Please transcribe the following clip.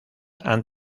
han